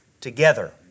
together